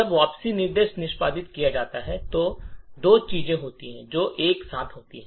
जब वापसी निर्देश निष्पादित किया जाता है तो दो चीजें होती हैं जो एक साथ होती हैं